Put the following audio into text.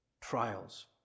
trials